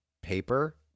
paper